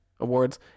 Awards